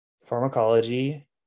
pharmacology